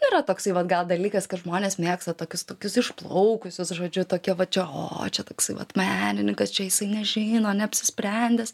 yra toksai vat gal dalykas kad žmonės mėgsta tokius tokius išplaukusius žodžiu tokie va čia o čia toksai vat menininkas čia jisai nežino neapsisprendęs